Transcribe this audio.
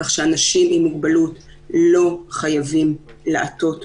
כך שאנשים עם מוגבלות לא חייבים לעטות מסכה,